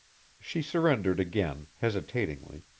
she surrendered again, hesitatingly,